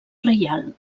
reial